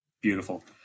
Beautiful